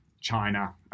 China